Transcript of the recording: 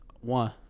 one